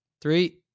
three